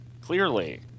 clearly